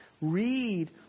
read